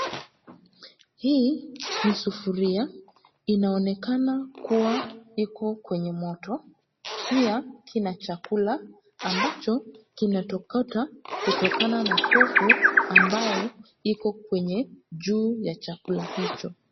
Hii ni sufuria, inaonekana kuwa iko kwenye moto, pia kina chakula ambacho kinatokota kutokana na povu ambayo iko kwenye juu ya chakula hicho.